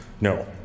No